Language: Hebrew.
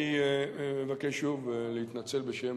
אני מבקש שוב להתנצל בשם